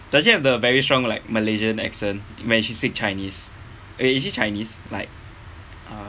does she have the very strong like malaysian accent when she speak chinese eh is it chinese like uh